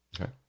okay